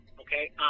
okay